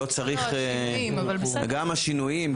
גם השינויים,